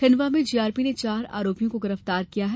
खंडवा में जीआरपी ने चार आरोपियों को गिरफ्तार किया है